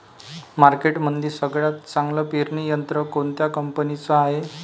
मार्केटमंदी सगळ्यात चांगलं पेरणी यंत्र कोनत्या कंपनीचं हाये?